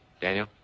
Daniel